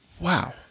Wow